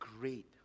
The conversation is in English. great